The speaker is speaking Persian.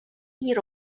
گیر